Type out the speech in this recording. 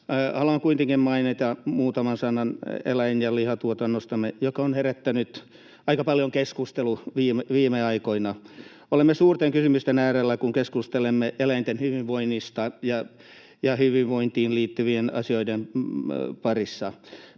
Haluan kuitenkin mainita muutaman sanan eläin- ja lihantuotannostamme, joka on herättänyt aika paljon keskustelua viime aikoina. Olemme suurten kysymysten äärellä, kun keskustelemme eläinten hyvinvoinnista ja hyvinvointiin liittyvien asioiden parissa.